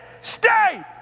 Stay